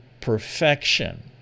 perfection